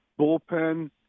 bullpen